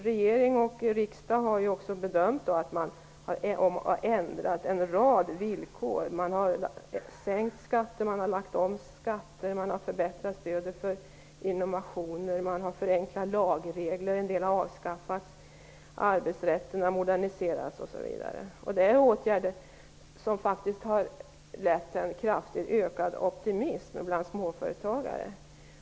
Regering och riksdag har ändrat en rad villkor. Man har sänkt och lagt om skatter, förbättrat stödet till innovationer, förenklat eller avskaffat lagregler, moderniserat arbetsrätten, osv. Det är åtgärder som har lett till en kraftigt ökad optimism bland småföretagare.